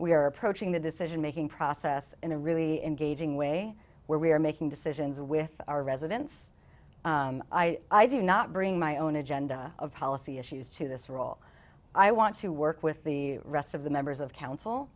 we are approaching the decision making process in a really engaging way where we're making decisions with our residents i do not bring my own agenda of policy issues to this role i want to work with the rest of the members of council